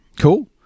Cool